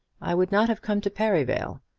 i would not have come to perivale.